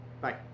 Bye